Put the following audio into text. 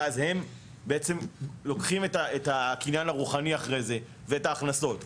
ואז הם בעצם לוקחים אחרי זה את הקניין הרוחני ואת ההכנסות.